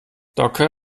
docker